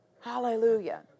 Hallelujah